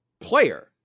player